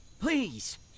Please